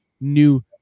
new